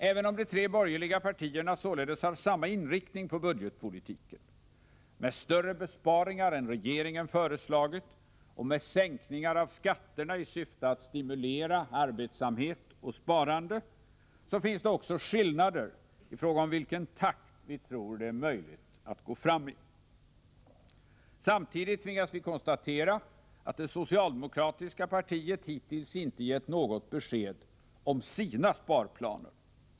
Även om de tre borgerliga partierna således har samma inriktning på budgetpolitiken med större besparingar än de som regeringen har föreslagit och med sänkningar av skatterna i syfte att stimulera arbetsamhet och sparande, så finns det också skillnader i fråga om vilken takt vi tror det är möjligt att gå fram i. Samtidigt tvingas vi konstatera att det socialdemokratiska partiet hittills inte har gett något besked om sina sparplaner.